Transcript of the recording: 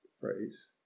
phrase